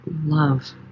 love